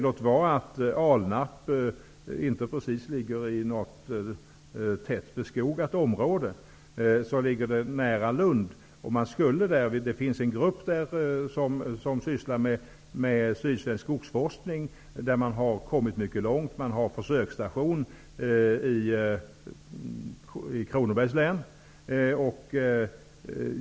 Låt vara att Alnarp inte precis ligger i något tätt beskogat område, men det ligger nära Lund, och där finns en grupp som sysslar med sydsvensk skogsforskning och som har kommit mycket långt; man har försöksstation i Kronobergs län.